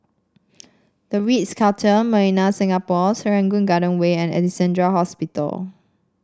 The Ritz Carlton Millenia Singapore Serangoon Garden Way and Alexandra Hospital